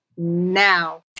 now